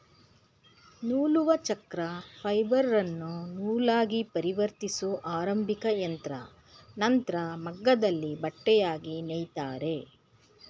ನೂಲುವಚಕ್ರ ಫೈಬರನ್ನು ನೂಲಾಗಿಪರಿವರ್ತಿಸೊ ಆರಂಭಿಕಯಂತ್ರ ನಂತ್ರ ಮಗ್ಗದಲ್ಲಿ ಬಟ್ಟೆಯಾಗಿ ನೇಯ್ತಾರೆ